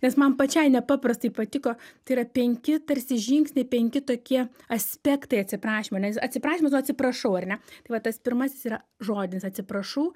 nes man pačiai nepaprastai patiko tai yra penki tarsi žingsniai penki tokie aspektai atsiprašymo nes atsiprašymas nu atsiprašau ar ne tai va tas pirmasis yra žodis atsiprašau